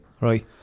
Right